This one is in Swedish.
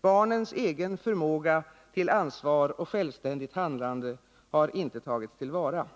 Barnens egen förmåga till ansvar och självständigt handlande har inte tagits till vara.”